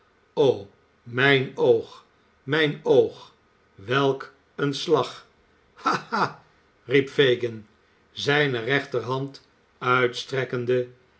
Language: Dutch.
o mijn oog mijn oog welk een slag ha ha riep fagin zijne rechterhand uitstrekkende